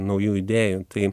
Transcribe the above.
naujų idėjų tai